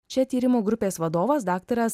čia tyrimų grupės vadovas daktaras